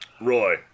Roy